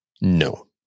No